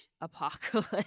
Apocalypse